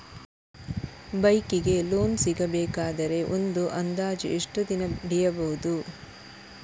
Bike ಗೆ loan ಸಿಗಬೇಕಾದರೆ ಒಂದು ಅಂದಾಜು ಎಷ್ಟು ದಿನ ಹಿಡಿಯಬಹುದು?